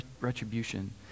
retribution